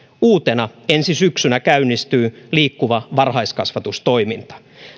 uutena ensi syksynä käynnistyy liikkuva varhaiskasvatus toiminta